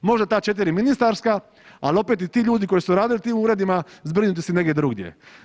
Možda ta 4 ministarska, ali opet, i ti ljudi koji su radili u tim uredima, zbrinuti su negdje drugdje.